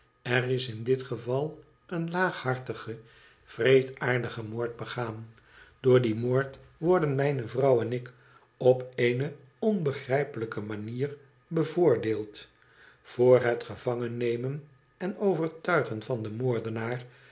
er is in dit geval een laaghartige wreedaardige moord beaan door dien moord worden mijne vrouw en ik op eene onbegrijpehjke manier bevoordeeld voor het gevangennemen en overtuigen van den moordenaar